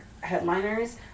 headliners